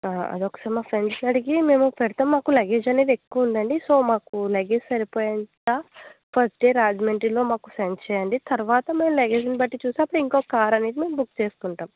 అదొక సమస్య ఇనిషియల్కి మేము పెడతాం మాకు లగేజ్ అనేది ఎక్కువ ఉందండి సో మాకు లగేజ్ సరిపోయేంత పడితే రాజమండ్రిలో మాకు సెండ్ చెయ్యండి తరవాత మేము లగేజ్ని బట్టి చూసి అప్పుడు ఇంకొక కార్ అనేది మేము బుక్ చేసుకుంటాం